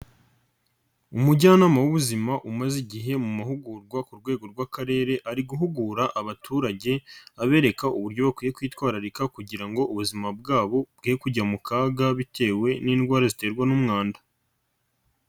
Umujyanama w'ubuzima umaze igihe mu mahugurwa ku rwego rw'Akarere ari guhugura abaturage abereka uburyo bakwiye kwitwararika kugira ngo ubuzima bwabo bwe kujya mu kaga bitewe n'indwara ziterwa n'umwanda.